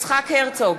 יצחק הרצוג,